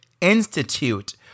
Institute